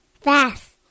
Fast